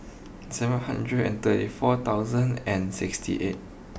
seven hundred and thirty four thousand and sixty eight